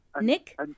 Nick